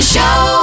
Show